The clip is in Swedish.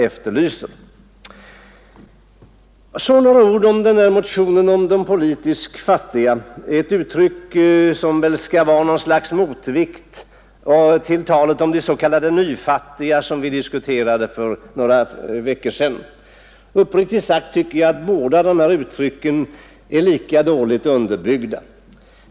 Jag vill sedan säga några ord beträffande motionen om ”de politiskt fattiga” — detta skall väl vara något slags komplement till talet om de s.k. nyfattiga, som vi diskuterade för några veckor sedan. Uppriktigt sagt tycker jag att båda uttrycken är mycket dåligt underbyggda.